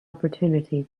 opportunity